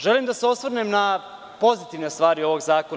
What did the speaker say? Želim da se osvrnem na pozitivne stvari ovog zakona.